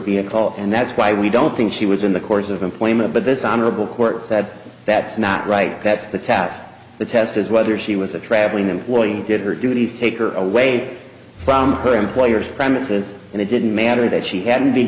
vehicle and that's why we don't think she was in the course of employment but this honorable court said that's not right that's the task the test is whether she was a traveling employee get her duties take her away from her employer's premises and it didn't matter that she hadn't